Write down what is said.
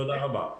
תודה רבה.